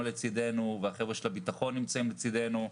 לצדנו והחבר'ה מן הביטחון נמצאים לצדנו.